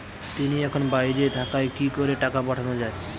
তিনি এখন বাইরে থাকায় কি করে টাকা পাঠানো য়ায়?